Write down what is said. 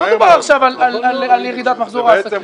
לא מדובר עכשיו על ירידת מחזור העסקים.